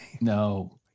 No